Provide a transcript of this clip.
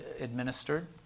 administered